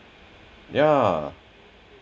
yeah